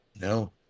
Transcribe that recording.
no